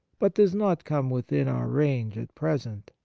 but does not come within our range at present.